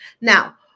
Now